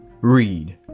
Read